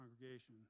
congregation